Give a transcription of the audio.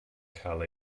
cael